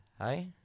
Hi